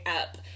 up